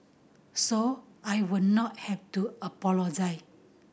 so I would not have to apologise